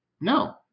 No